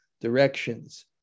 directions